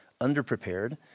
underprepared